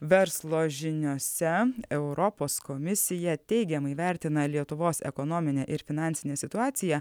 verslo žiniose europos komisija teigiamai vertina lietuvos ekonominę ir finansinę situaciją